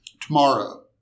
tomorrow